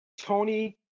Tony